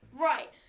right